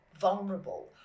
vulnerable